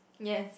yes